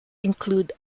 include